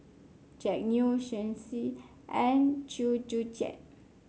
Jack Neo Shen Xi and Chew Joo Chiat